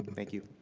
but thank you.